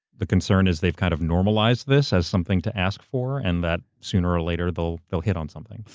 the concern is they've kind of normalized this as something to ask for and that sooner or later they'll they'll hit on something.